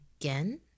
again